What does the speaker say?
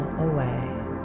away